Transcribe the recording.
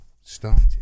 started